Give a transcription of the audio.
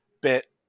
bit